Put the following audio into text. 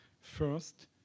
first